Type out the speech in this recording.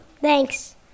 Thanks